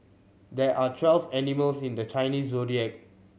there are twelve animals in the Chinese Zodiac